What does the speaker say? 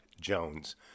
Jones